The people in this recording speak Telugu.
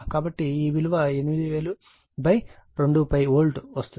కాబట్టి ఈ విలువ 8000 2π వోల్ట్ వస్తుంది